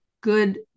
good